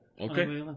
Okay